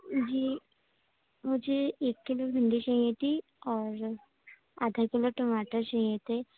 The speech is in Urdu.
جی مجھے ایک کلو بھنڈی چاہیے تھی اور آدھا کلو ٹماٹر چاہیے تھے